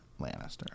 Lannister